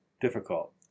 difficult